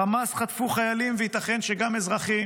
חמאס חטפו חיילים וייתכן שגם אזרחים.